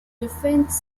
defense